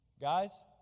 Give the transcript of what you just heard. Guys